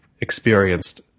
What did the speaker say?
experienced